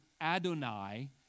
Adonai